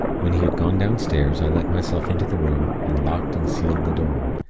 when he had gone downstairs, i let myself into the room, and locked and sealed the door.